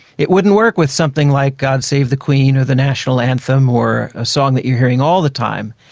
it wouldn't work with something like god save the queen or the national anthem or a song that you're hearing all the time,